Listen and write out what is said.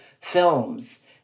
films